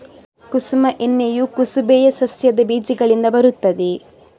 ಕುಸುಮ ಎಣ್ಣೆಯು ಕುಸುಬೆಯ ಸಸ್ಯದ ಬೀಜಗಳಿಂದ ಬರುತ್ತದೆ